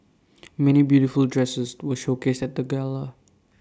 many beautiful dresses were showcased at the gala